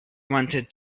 wanted